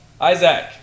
Isaac